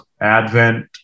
Advent